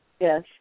Yes